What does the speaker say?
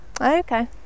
Okay